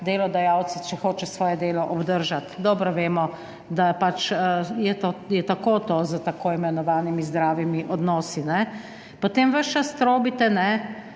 delodajalcu, če hoče svoje delo obdržati. Dobro vemo, da pač je tako s tako imenovanimi zdravimi odnosi. Potem ves čas trobite,